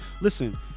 Listen